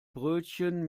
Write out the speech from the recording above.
brötchen